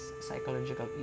psychological